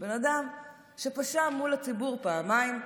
זה בן אדם שפשע מול הציבור פעמיים,